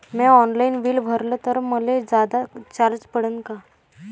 म्या online bill भरलं तर मले जादा चार्ज पडन का?